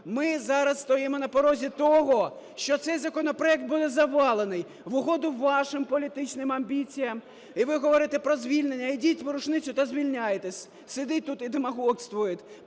Ми зараз стоїмо на порозі того, що цей законопроект буде завалений в угоду вашим політичним амбіціям. І ви говорите про звільнення. Ідіть в рушницю та звільняйтесь. Сидить тут і демагогствує